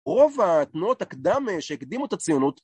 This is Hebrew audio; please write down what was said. רוב התנועות הקדם שהקדימו את הציונות